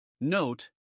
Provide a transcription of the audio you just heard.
Note